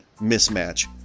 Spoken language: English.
mismatch